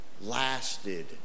lasted